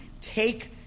take